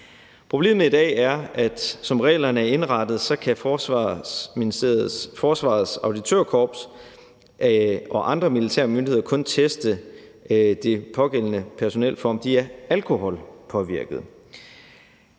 Problemet i dag er, at som reglerne er indrettet, kan Forsvarsministeriets Auditørkorps og andre militære myndigheder kun teste det pågældende personel for, om de er alkoholpåvirkede.